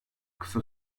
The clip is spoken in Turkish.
kısa